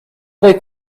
they